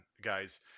guys